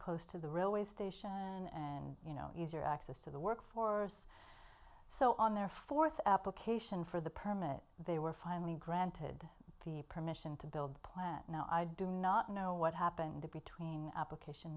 close to the railway station and you know easier access to the work force so on their forth application for the permit they were finally granted permission to build the plant now i do not know what happened between application